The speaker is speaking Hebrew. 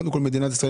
קודם כל מדינת ישראל,